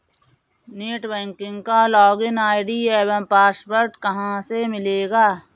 Net banking का login ID एवं password कहाँ से मिलेगा?